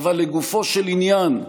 אבל לגופו של עניין,